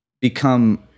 become